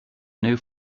new